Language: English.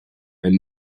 and